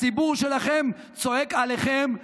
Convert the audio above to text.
הציבור שלכם צועק עליכם,